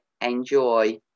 enjoy